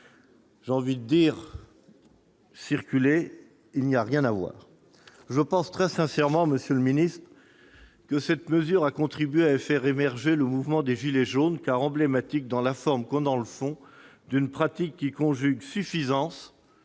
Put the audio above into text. J'ai envie de dire :« Circulez, il n'y a rien à voir !» Je pense très sincèrement, monsieur le secrétaire d'État, que cette mesure a contribué à faire émerger le mouvement des « gilets jaunes », car elle est emblématique, dans la forme comme sur le fond, d'une pratique qui conjugue suffisance,